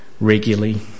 regularly